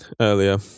earlier